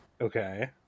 Okay